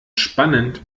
spannend